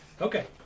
Okay